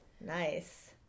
Nice